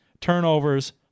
Turnovers